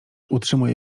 utrzymuje